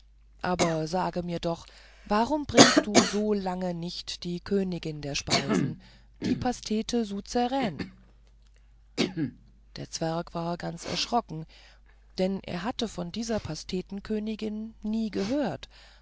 aber sage mir doch warum bringst du so lange nicht die königin der speisen die pastete souzeraine der zwerg war sehr erschrocken denn er hatte von dieser pastetenkönigin nie gehört